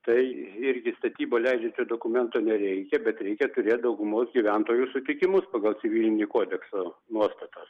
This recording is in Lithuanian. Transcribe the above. tai irgi statybą leidžiančio dokumento nereikia bet reikia turėt daugumos gyventojų sutikimus pagal civilinį kodeksą nuostatas